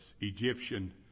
Egyptian